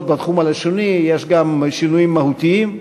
בתחום הלשוני יש גם שינויים מהותיים,